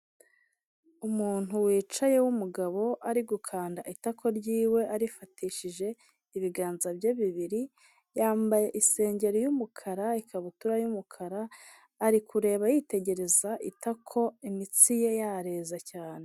Umuntu wicaye w'umugabo ari gukanda itako ryiwe arifatishije ibiganza bye bibiri, yambaye isengeri y'umukara ikabutura y'umukara ari kureba yitegereza itako imitsi ye yareze cyane.